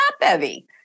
top-heavy